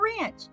ranch